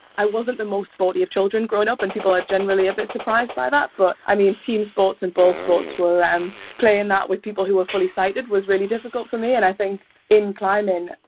i wasn't the most sporty of children growing up and people are generally a bit surprised by that but i mean team sports and ball sports were um playing that with people who were fully sighted was really difficult for me and i think in climbing,